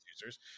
users